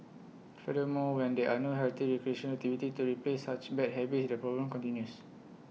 furthermore when there are no healthy recreational activities to replace such bad habits the problem continues